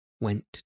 went